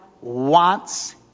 wants